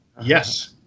yes